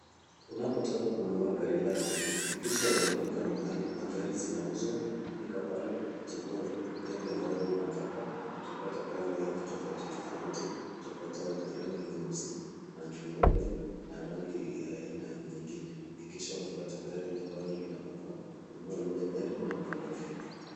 Unapotaka kununua gari lako, hakikisha umefika mahali magari zinauzwa. Fika pale chagua gari ambayo unataka, utapata colour aina tofauti tofauti, utapata rangi nyeusi, rangi nyeupe na rangi ya aina nyingine. Hakikisha umepata gari ambalo linakufaa, nunua lile gari na uondoke.